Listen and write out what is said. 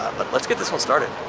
but let's get this whole started.